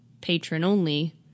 patron-only